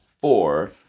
four